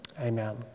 Amen